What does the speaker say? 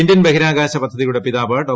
Indian ബഹിരാകാശ പദ്ധതിയുടെ പിതാവ് ഡോ